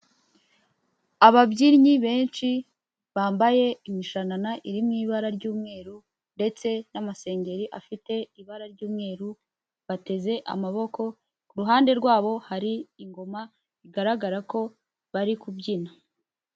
Ababyinnyi benshi bambaye imishanana iririmo ibara ry'umweru ndetse n'amasengeri afite ibara ry'umweru, bateze amaboko, ku ruhande rwabo hari ingoma bigaragara ko bari kubyina.